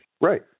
Right